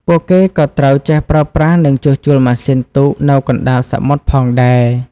ពួកគេក៏ត្រូវចេះប្រើប្រាស់ និងជួសជុលម៉ាស៊ីនទូកនៅកណ្ដាលសមុទ្រផងដែរ។